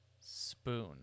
Spoon